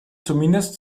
zumindest